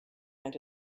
and